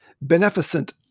beneficent